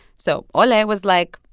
so ole was like,